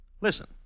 Listen